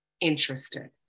interested